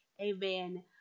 amen